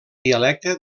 dialecte